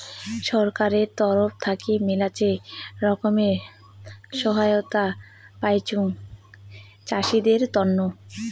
ছরকারের তরফ থাকি মেলাছেন রকমের সহায়তায় পাইচুং চাষীদের তন্ন